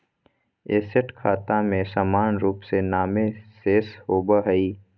asset खाता में सामान्य रूप से नामे शेष होबय हइ